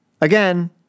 again